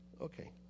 Okay